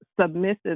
submissive